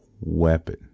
weapon